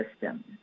system